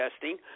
testing